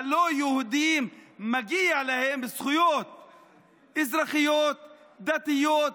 הלא-יהודים, מגיעות להם זכויות אזרחיות, דתיות,